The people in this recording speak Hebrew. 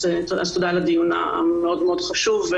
תודה על הדיון המאוד-מאוד חשוב.